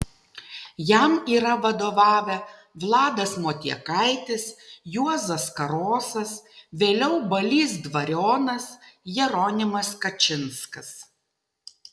jam yra vadovavę vladas motiekaitis juozas karosas vėliau balys dvarionas jeronimas kačinskas